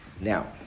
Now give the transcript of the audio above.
Now